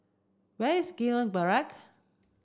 where is Gillman Barrack